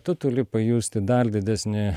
tu tuli pajusti dar didesnį